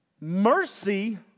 Mercy